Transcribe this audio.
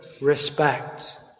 respect